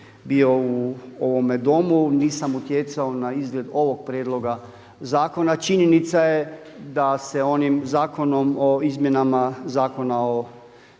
bio u ovome Domu, nisam utjecao na izgled ovog prijedloga zakona. Činjenica je da se onim Zakonom o izmjenama Zakona o